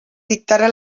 dictarà